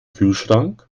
kühlschrank